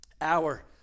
hour